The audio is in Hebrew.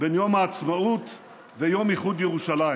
בין יום העצמאות ויום איחוד ירושלים.